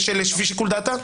ושלפי שיקול דעתה?